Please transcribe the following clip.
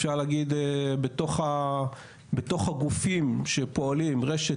אפשר להגיד בתוך הגופים שפועלים רשת,